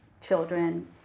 children